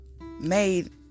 made